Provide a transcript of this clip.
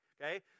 okay